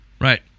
Right